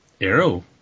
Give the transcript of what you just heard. arrow